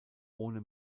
ohne